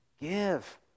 Give